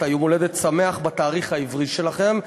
את ה"יום הולדת שמח" בתאריך העברי שלכם,